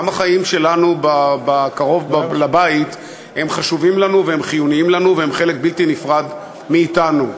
החיים שלנו קרוב לבית חשובים לנו והם חיוניים לנו והם חלק בלתי נפרד מאתנו.